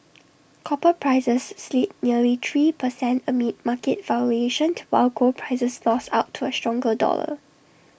copper prices slid nearly three per cent amid market while gold prices lost out to A stronger dollar